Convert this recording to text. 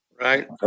Right